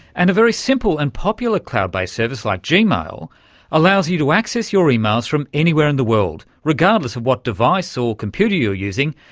and a very simple and popular cloud-based service like gmail allows you to access your emails from anywhere in the world regardless of what device or computer you're using,